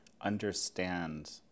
understand